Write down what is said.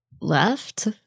left